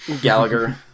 Gallagher